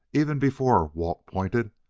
even before walt pointed,